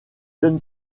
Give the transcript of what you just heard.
jeux